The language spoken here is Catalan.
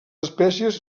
espècies